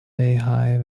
lehigh